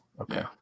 Okay